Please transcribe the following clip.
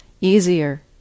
easier